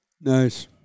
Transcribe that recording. Nice